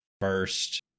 first